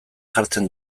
jartzen